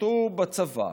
ששירתו בצבא